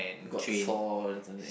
got sore then something